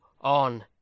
On